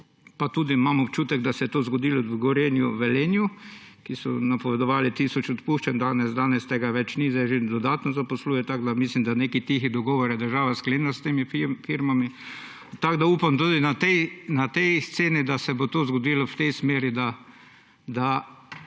pa tudi imam občutek, da se je to zgodilo v Gorenju v Velenju, kjer so napovedali tisoč odpuščanj, danes tega več ni. Zdaj že dodatno zaposlujejo, tako da mislim, da je nek tihi dogovor država sklenila s temi firmami. Upam, da se bo tudi na tej sceni to zgodilo v tej smeri, da